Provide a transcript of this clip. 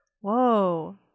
Whoa